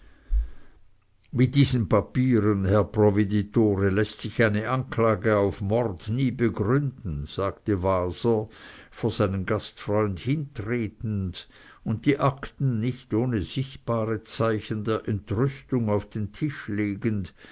mit diesen papieren herr provveditore läßt sich eine anklage auf mord nie begründen sagte waser vor seinen gastfreund hintretend und die akten nicht ohne sichtbare zeichen der entrüstung auf den tisch legend